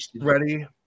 ready